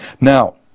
Now